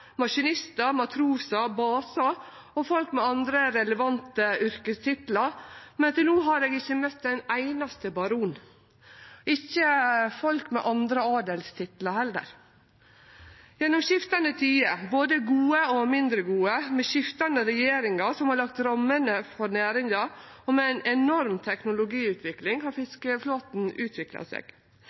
maskinistar, matrosar, basar og folk med andre relevante yrkestitlar, men til no har eg ikkje møtt ein einaste baron, ikkje folk med andre adelstitlar heller. Gjennom skiftande tider, gode og mindre gode, med skiftande regjeringar som har lagt rammene for næringa, og med ei enorm teknologiutvikling, har fiskeflåten utvikla seg.